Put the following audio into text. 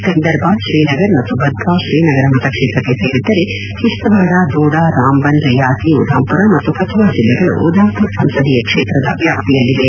ಗಂದರ್ಬಾಲ್ ಶ್ರೀನಗರ್ ಮತ್ತು ಬದ್ಧಾಂವ್ ಶ್ರೀನಗರ ಮತಕ್ಷೇತ್ರಕ್ಕೆ ಸೇರಿದ್ದರೆ ಕಿಶ್ತವಾಡ ದೋಡಾ ರಾಮ್ಬನ್ ರಿಯಾಸಿ ಉಧಾಂಪುರ್ ಮತ್ತು ಕತುವಾ ಜಿಲ್ಲೆಗಳು ಉಧಾಂಪುರ್ ಸಂಸದೀಯ ಕ್ಷೇತ್ರದ ವ್ಯಾಪ್ತಿಯಲ್ಲಿವೆ